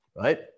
right